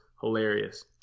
hilarious